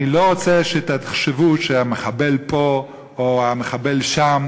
אני לא רוצה שתחשבו שהמחבל פה או המחבל שם,